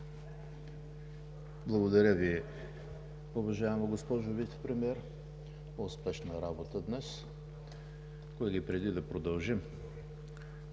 Благодаря Ви, уважаема госпожо Вицепремиер, успешна работа днес. Колеги, преди да продължим